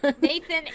Nathan